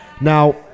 Now